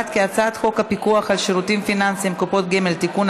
הצעת חוק הצעת חוק הפיקוח על שירותים פיננסיים (קופות גמל) (תיקון,